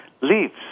leaves